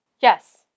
Yes